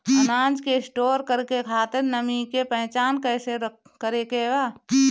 अनाज के स्टोर करके खातिर नमी के पहचान कैसे करेके बा?